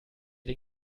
den